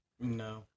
No